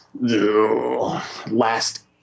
Last